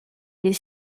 les